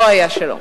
לא היה שלום,